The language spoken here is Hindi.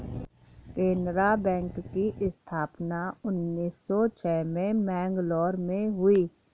केनरा बैंक की स्थापना उन्नीस सौ छह में मैंगलोर में हुई